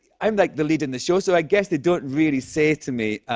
i'm, like, the lead in the show, so i guess they don't really say to me, ah,